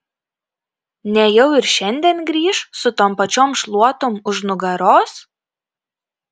nejau ir šiandien grįš su tom pačiom šluotom už nugaros